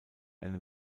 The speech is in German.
eine